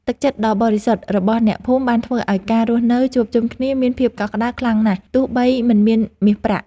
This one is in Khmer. ទឹកចិត្តដ៏បរិសុទ្ធរបស់អ្នកភូមិបានធ្វើឱ្យការរស់នៅជួបជុំគ្នាមានភាពកក់ក្ដៅខ្លាំងណាស់ទោះបីមិនមានមាសប្រាក់។